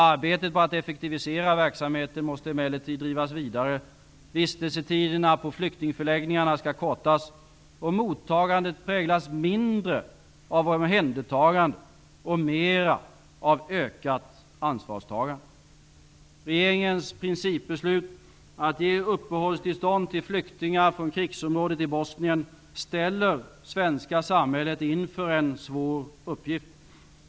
Arbetet på att effektivisera verksamheten måste emellertid drivas vidare. Vistelsetiderna på flyktingförläggningarna skall kortas och mottagandet präglas mindre av omhändertagande och mera av ökat ansvarstagande. Regeringens principbeslut att ge uppehållstillstånd till flyktingar från krigsområdet i Bosnien ställer det svenska samhället inför en svår uppgift.